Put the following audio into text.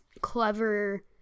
clever